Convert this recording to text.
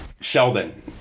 Sheldon